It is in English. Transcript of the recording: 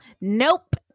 Nope